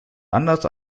anders